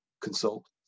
consult